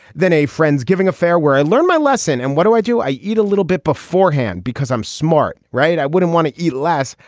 then a friend's giving a fare where i learned my lesson. and what do i do? i eat a little bit beforehand because i'm smart, right i wouldn't want to eat less.